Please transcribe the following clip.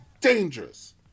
dangerous